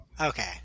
Okay